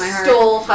stole